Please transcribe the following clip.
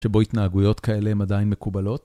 שבו התנהגויות כאלה הם עדיין מקובלות?